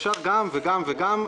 אפשר גם וגם וגם,